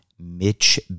Mitch